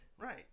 Right